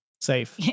Safe